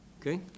Okay